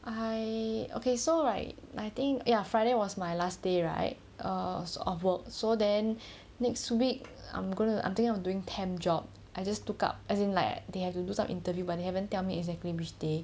I okay so right like I think ya friday was my last day right err sort of work so then next week I'm gonna I'm doing temp job I just took up as in like they have to do some interview but they haven't tell me exactly which day